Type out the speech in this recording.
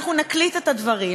אנחנו נקליט את הדברים,